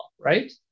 right